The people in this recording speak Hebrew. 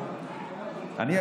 אני,